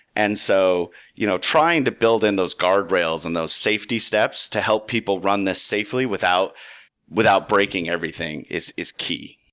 and so you know trying to build in those guardrails and those safety steps to help people run this safely without without breaking everything is is key.